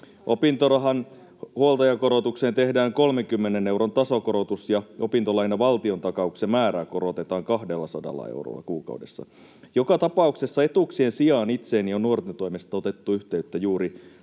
Opintorahan huoltajakorotukseen tehdään 30 euron tasokorotus ja opintolainan valtiontakauksen määrää korotetaan 200 eurolla kuukaudessa. Joka tapauksessa etuuksien sijaan itseeni on nuorten toimesta otettu yhteyttä juuri